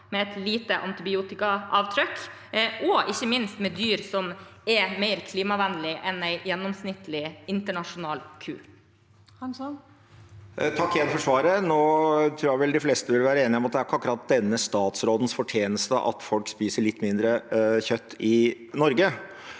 med et lite antibiotikaavtrykk, og ikke minst med dyr som er mer klimavennlige enn en gjennomsnittlig internasjonal ku. Rasmus Hansson (MDG) Takk igjen for svaret. Jeg tror vel de fleste vil være enige om at det ikke er akkurat denne statsrådens fortjeneste at folk spiser litt mindre kjøtt i Norge.